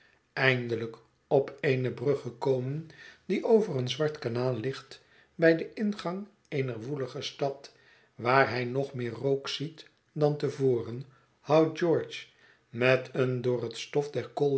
eindelijk op eene brug gekomen die over een zwart kanaal ligt bij den ingang eener woelige stad waar hij nog meer rook ziet dan te voren houdt george met een door het stof der kooiwegen